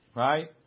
right